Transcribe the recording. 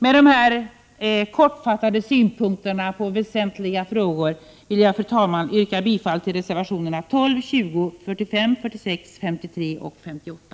Med dessa kortfattade synpunkter på väsentliga frågor vill jag, fru talman, yrka bifall till reservationerna 12, 20, 45, 46, 53 och 58.